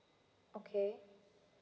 okay